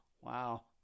Wow